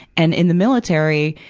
and in the military,